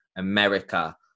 America